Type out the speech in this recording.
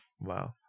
Wow